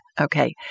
Okay